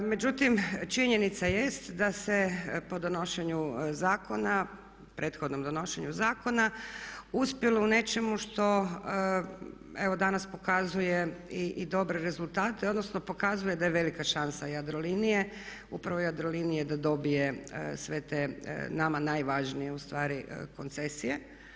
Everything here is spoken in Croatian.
Međutim, činjenica jest da se po prethodnom donošenju zakona uspjelo u nečemu što evo danas pokazuje i dobre rezultate, odnosno pokazuje da je velika šansa Jadrolinije, upravo Jadrolinije da dobije sve te nama najvažnije ustvari koncesije.